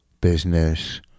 business